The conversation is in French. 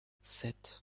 sept